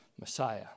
Messiah